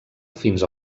fins